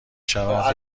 شود